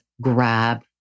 grab